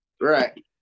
right